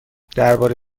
درباره